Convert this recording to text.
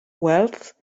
wealth